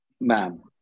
Ma'am